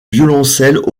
violoncelle